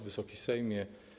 Wysoki Sejmie!